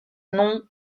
non